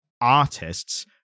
artists